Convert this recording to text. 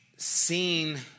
seen